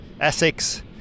Essex